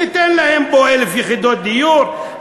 תיתן להם פה 1,000 יחידות דיור,